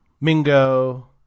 Mingo